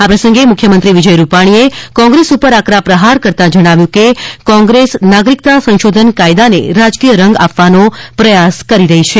આ પ્રસંગે મુખ્યમંત્રી વિજય રૂપાણીએ કોગ્રેસ પર આકરા પ્રહાર કરતા જણાવ્યુ કે કોગ્રેસ નાગરિકતા સંશોધન કાયદાને રાજકીય રંગ આપવાનો પ્રયાસ કરી રહી છે